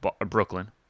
Brooklyn